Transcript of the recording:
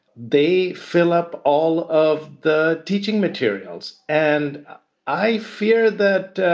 they fill up all of the teaching materials. and i fear that